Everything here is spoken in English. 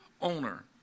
owner